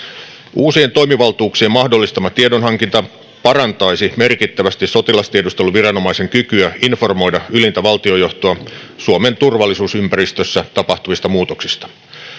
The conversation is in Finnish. uusien toimivaltuuksien mahdollistama tiedonhankinta parantaisi merkittävästi sotilastiedusteluviranomaisen kykyä informoida ylintä valtionjohtoa suomen turvallisuusympäristössä tapahtuvista muutoksista